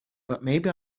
butmaybe